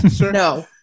No